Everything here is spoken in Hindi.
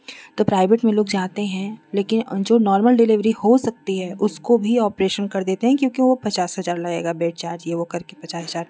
तो प्राइवेट में लोग जाते हैं लेकिन जो नोर्मल डिलीभरी हो सकती है उसको भी ऑपरेशन कर देते हैं क्योंकि वो पचास हजार लगेगा बेड चार्ज ये वो करके पचास हजार तक